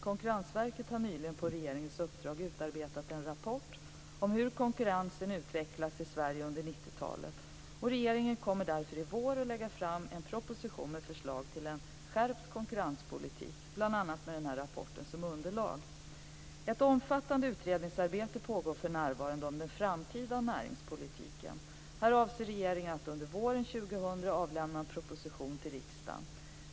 Konkurrensverket har nyligen på regeringens uppdrag utarbetat en rapport om hur konkurrensen utvecklats i Sverige under 90-talet. Regeringen kommer i vår att lägga fram en proposition med förslag till en skärpt konkurrenspolitik, bl.a. med Konkurrensverkets rapport som underlag. Ett omfattande utredningsarbete pågår för närvarande om den framtida näringspolitiken. Här avser regeringen att under våren 2000 avlämna en proposition till riksdagen.